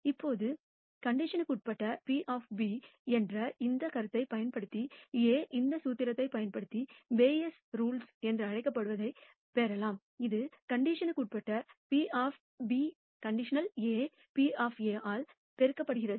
இப்போது கண்டிஷனுக்குனுக்குஉட்பட்ட P என்ற இந்த கருத்தைப் பயன்படுத்தி A இந்த சூத்திரத்தைப் பயன்படுத்தி பேயஸ் விதி என்று அழைக்கப்படுவதைப் பெறலாம் இது கண்டிஷனுக்குனுக்குஉட்பட்ட PB|A P ஆல் பெருக்கப்படுகிறது